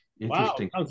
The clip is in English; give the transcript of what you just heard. interesting